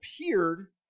appeared